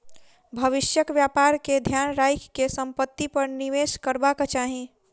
भविष्यक व्यापार के ध्यान राइख के संपत्ति पर निवेश करबाक चाही